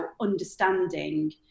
understanding